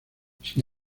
sin